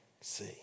see